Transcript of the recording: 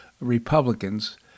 Republicans